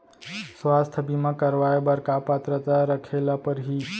स्वास्थ्य बीमा करवाय बर का पात्रता रखे ल परही?